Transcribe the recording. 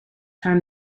time